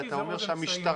אבל אתה אומר שהמשטרה,